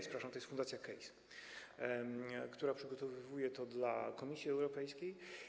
Przepraszam, to jest fundacja CASE, która przygotowuje to dla Komisji Europejskiej.